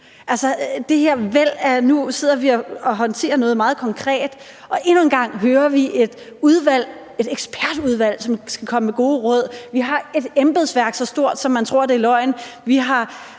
Nu sidder vi og håndterer noget meget konkret, og endnu en gang hører vi om et ekspertudvalg, som skal komme med gode råd. Vi har et embedsværk så stort, at man tror, det er løgn;